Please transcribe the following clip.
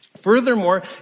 Furthermore